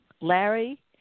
Larry